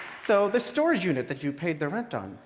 so this storage unit that you paid the rent on,